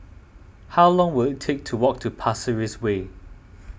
how long will it take to walk to Pasir Ris Way